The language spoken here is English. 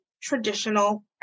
traditional